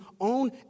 own